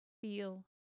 feel